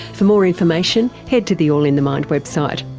for more information, head to the all in the mind website.